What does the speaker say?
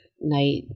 night